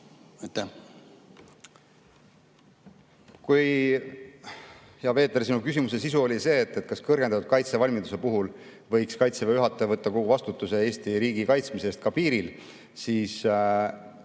Kui, hea Peeter, sinu küsimuse sisu oli see, kas kõrgendatud kaitsevalmiduse puhul võiks Kaitseväe juhataja võtta kogu vastutuse Eesti riigi kaitsmise eest ka piiril, siis